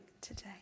today